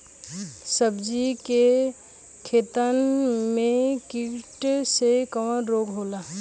सब्जी के खेतन में कीट से कवन रोग होला?